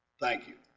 thank you.